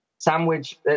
Sandwich